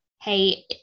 hey